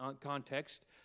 context